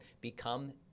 become